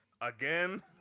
again